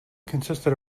consisted